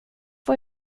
får